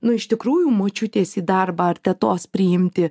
nu iš tikrųjų močiutės į darbą ar tetos priimti